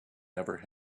never